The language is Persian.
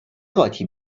قاطی